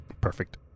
Perfect